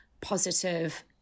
positive